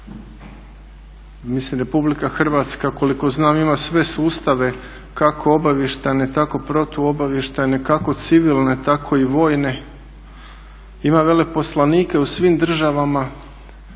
Mislim RH koliko znam ima sve sustave kako obavještajne tako protuobavještajne, kako civilne tako i vojne, ima veleposlanike u svim državama